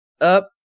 Up